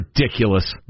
ridiculous